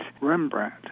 Rembrandt